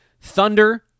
Thunder